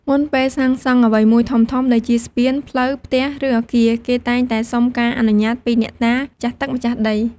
មុនពេលសាងសង់អ្វីមួយធំៗ ដូចជាស្ពាន ផ្លូវ ផ្ទះ ឬអគារ គេតែងតែសុំការអនុញ្ញាតពីអ្នកតា ម្ចាស់ទឹកម្ចាស់ដី។